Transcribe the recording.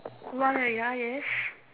ya ya ya yes